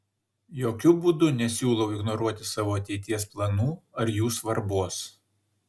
jokiu būdu nesiūlau ignoruoti savo ateities planų ar jų svarbos